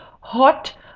hot